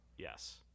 Yes